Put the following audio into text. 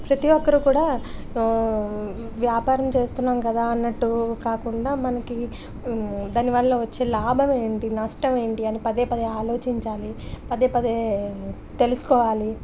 ప్రతి ఒక్కరూ కూడా వ్యాపారం చేస్తున్నాం కదా అన్నట్టు కాకుండా మనకి దానివల్ల వచ్చే లాభం ఏంటి నష్టమేంటి అని పదే పదే ఆలోచించాలి పదే పదే తెలుసుకోవాలి